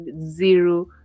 zero